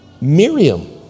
Miriam